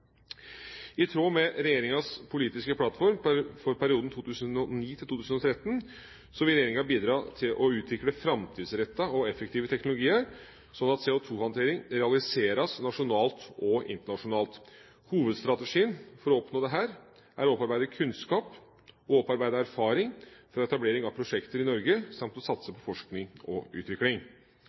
I tråd med regjeringas politiske plattform for perioden 2009–2013 vil regjeringa bidra til å utvikle framtidsrettede og effektive teknologier, slik at CO2-håndtering realiseres nasjonalt og internasjonalt. Hovedstrategien for å oppnå dette er å opparbeide kunnskap og erfaring fra etablering av prosjekter i Norge, samt å satse på forskning og utvikling.